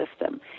system